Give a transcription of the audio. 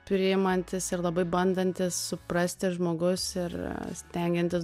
priimantis ir labai bandantis suprasti žmogus ir stengiantis